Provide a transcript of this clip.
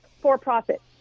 for-profit